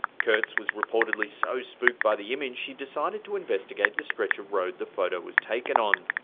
kurtz was reportedly so spooked by the image, she decided to investigate the stretch of road the photo was taken on.